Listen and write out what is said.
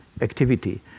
activity